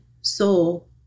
soul